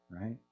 Right